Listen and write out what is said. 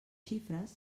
xifres